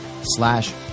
slash